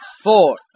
Four